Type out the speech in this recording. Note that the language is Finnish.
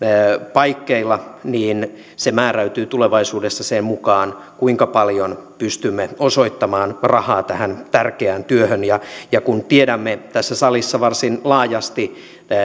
paikkeilla niin se määräytyy tulevaisuudessa sen mukaan kuinka paljon pystymme osoittamaan rahaa tähän tärkeään työhön ja ja kun tiedämme tässä salissa varsin laajasti